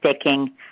sticking